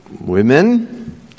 women